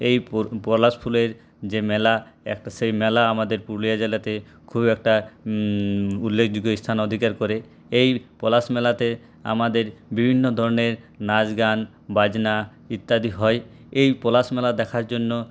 এই প পলাশ ফুলের যে মেলা একটা সেই মেলা আমাদের পুরুলিয়া জেলাতে খুব একটা উল্লেখযোগ্য স্থান অধিকার করে এই পলাশ মেলাতে আমাদের বিভিন্ন ধরনের নাচ গান বাজনা ইত্যাদি হয় এই পলাশ মেলা দেখার জন্য